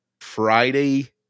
Friday